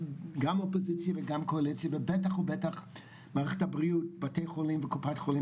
גם אלה שנמצאים כאן היום וגם לחברי הוועדה מן